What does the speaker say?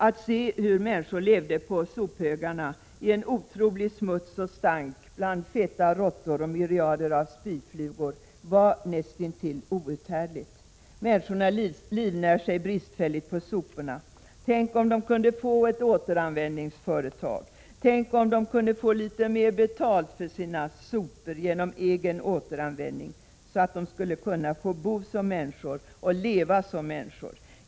Att se hur människor levde på sophögarna i en otrolig smuts och stank, bland feta råttor och myriader av spyflugor var nästintill outhärdligt. Människorna livnär sig bristfälligt på soporna. Tänk om de kunde få ett återanvändningsföretag. Tänk om de kunde få litet mer betalt för sina sopor genom egen återanvändning, så att de skulle kunna få bo som människor och leva som människor.